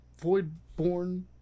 voidborn